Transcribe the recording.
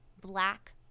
black